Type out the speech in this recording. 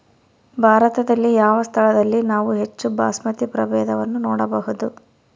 ಭಾರತದಲ್ಲಿ ಯಾವ ಸ್ಥಳದಲ್ಲಿ ನಾವು ಹೆಚ್ಚು ಬಾಸ್ಮತಿ ಪ್ರಭೇದವನ್ನು ನೋಡಬಹುದು?